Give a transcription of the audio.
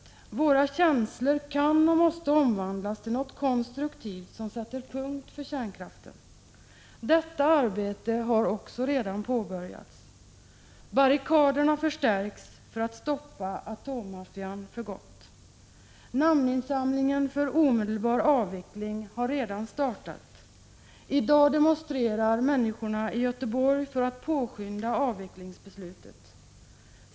Våra känslor kan och måste omvandlas till något konstruktivt som sätter punkt för kärnkraften. Detta arbete har redan påbörjats. Barrikaderna förstärks för att stoppa atommaffian för gott. Namninsamlingen för omedelbar avveckling har redan startat. I dag demonstrerar människor i Göteborg för att påskynda avvecklingsbeslutet.